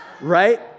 right